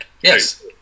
Yes